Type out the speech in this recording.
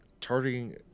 targeting